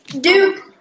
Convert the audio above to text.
Duke